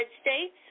States